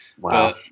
Wow